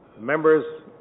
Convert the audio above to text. members